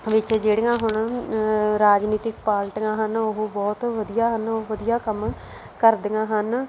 ਵਿੱਚ ਜਿਹੜੀਆਂ ਹੁਣ ਰਾਜਨੀਤਿਕ ਪਾਰਟੀਆਂ ਹਨ ਉਹ ਬਹੁਤ ਵਧੀਆ ਹਨ ਉਹ ਵਧੀਆ ਕੰਮ ਕਰਦੀਆਂ ਹਨ